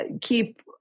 keep